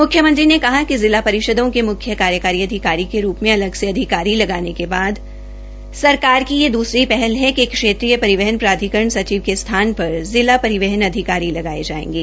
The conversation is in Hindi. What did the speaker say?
मुख्यमंत्री ने कहा कि जिला परिषदों के मुख्य कार्यकारी अधिकारी के रूप मे अलग से अधिकारी लगोने के बाद सरकार की यह दूसरी पहल है कि क्षेत्रीय परिवहन प्राधिकरण सचिव के स्थान पर जिला परिवहन अधिकारी लगाए जायेंगे